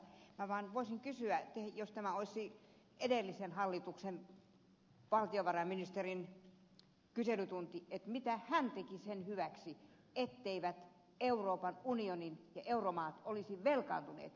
minä vaan voisin kysyä jos tämä olisi edellisen hallituksen valtiovarainministerin kyselytunti että mitä hän teki sen hyväksi etteivät euroopan unionin maat ja euromaat olisi velkaantuneet